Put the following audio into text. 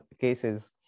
cases